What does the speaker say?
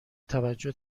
توجه